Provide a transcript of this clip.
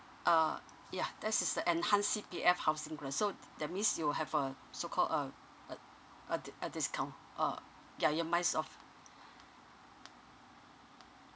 uh yeah that's is a enhance C_P_F housing grant so th~ that means you have a so call uh uh a di~ a discount uh ya your months of